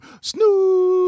Snoop